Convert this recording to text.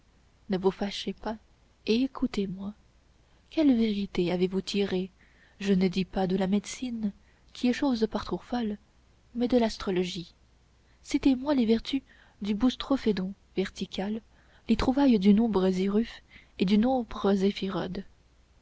ne vous fâchez pas et écoutez-moi quelle vérité avez-vous tirée je ne dis pas de la médecine qui est chose par trop folle mais de l'astrologie citez moi les vertus du boustrophédon vertical les trouvailles du nombre ziruph et du nombre